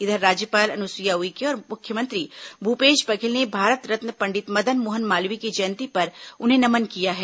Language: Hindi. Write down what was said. इधर राज्यपाल अनुसुईया उइके और मुख्यमंत्री भूपेश बघेल ने भारत रत्न पंडित मदन मोहन मालवीय की जयंती पर उन्हें नमन किया है